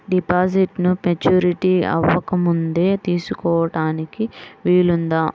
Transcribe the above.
డిపాజిట్ను మెచ్యూరిటీ అవ్వకముందే తీసుకోటానికి వీలుందా?